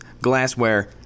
glassware